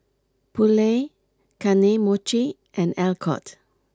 Poulet Kane Mochi and Alcott